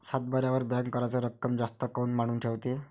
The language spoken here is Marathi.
सातबाऱ्यावर बँक कराच रक्कम जास्त काऊन मांडून ठेवते?